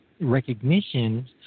recognition